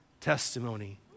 testimony